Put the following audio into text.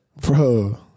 Bro